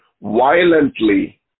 violently